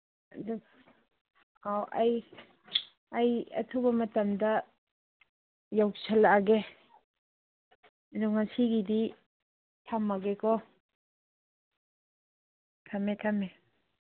ꯑꯣ ꯑꯩ ꯑꯩ ꯑꯊꯨꯕ ꯃꯇꯝꯗ ꯌꯧꯁꯤꯜꯂꯛꯑꯒꯦ ꯑꯗꯣ ꯉꯁꯤꯒꯤꯗꯤ ꯊꯝꯃꯒꯦꯀꯣ ꯊꯝꯃꯦ ꯊꯝꯃꯦ